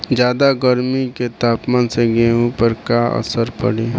ज्यादा गर्मी के तापमान से गेहूँ पर का असर पड़ी?